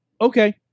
okay